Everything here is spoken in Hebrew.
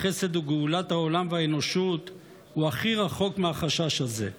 החסד וגאולת העולם והאנושות הוא הכי רחוק מהחשש הזה.